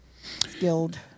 skilled